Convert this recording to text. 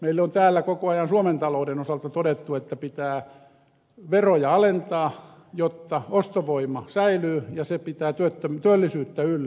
meille on täällä koko ajan suomen talouden osalta todettu että pitää veroja alentaa jotta ostovoima säilyy ja se pitää työllisyyttä yllä